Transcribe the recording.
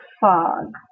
fog